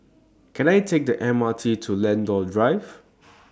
Can I Take The M R T to Lentor Drive